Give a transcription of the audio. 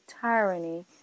tyranny